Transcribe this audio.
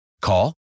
Call